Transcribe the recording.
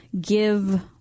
Give